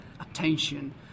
attention